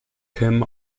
kim